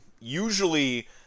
Usually